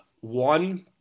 One